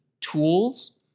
tools